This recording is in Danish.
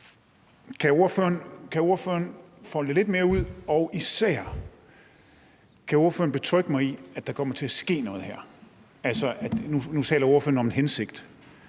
Kan ordføreren folde det lidt mere ud? Og især: Kan ordføreren betrygge mig i, at der kommer til at ske noget her? Nu taler ordføreren om en hensigt.